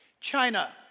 China